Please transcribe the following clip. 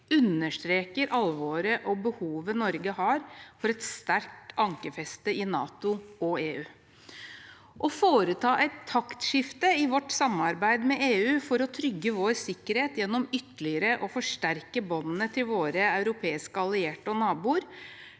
understreker alvoret og behovet Norge har for et sterkt ankerfeste i NATO og EU. Vi hørte utenriksministeren redegjøre for at et taktskifte i vårt samarbeid med EU for å trygge vår sikkerhet gjennom ytterligere å forsterke båndene til våre europeiske allierte og naboer,